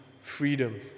freedom